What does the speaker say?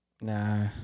Nah